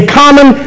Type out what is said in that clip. common